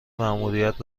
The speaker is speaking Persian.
مأموریت